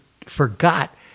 forgot